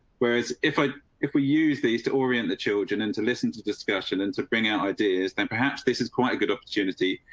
whereas if i if we use these to orient the children and to listen to discussion and to bring out ideas, then perhaps this is quite a good opportunity.